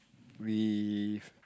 with